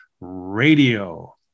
Radio